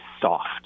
soft